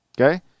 Okay